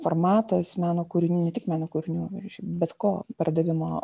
formatas meno kūrinių ne tik meno kūrinių iš bet ko pardavimo